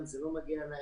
זה לא מגיע להם,